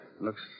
Looks